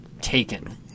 taken